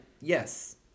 yes